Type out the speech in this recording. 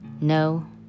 No